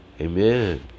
Amen